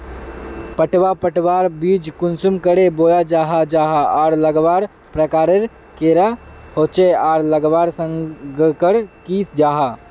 पटवा पटवार बीज कुंसम करे बोया जाहा जाहा आर लगवार प्रकारेर कैडा होचे आर लगवार संगकर की जाहा?